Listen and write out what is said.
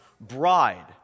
bride